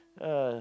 yeah